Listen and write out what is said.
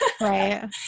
Right